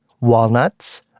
walnuts